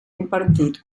impartit